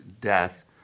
death